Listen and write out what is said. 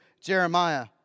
Jeremiah